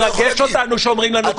לא, עם כל הכבוד, מה מטיפים לנו מוסר?